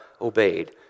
obeyed